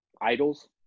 idols